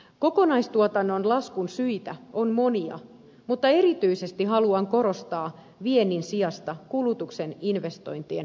kokonaistuotannon laskun syitä on monia mutta erityisesti haluan korostaa viennin sijasta kulutuksen investointien merkittävää laskua